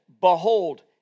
Behold